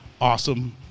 awesome